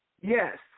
Yes